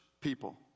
people